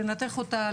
לנתח אותה,